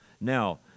Now